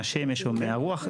מהשמש או מהרוח,